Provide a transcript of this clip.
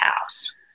house